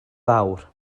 fawr